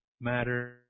matter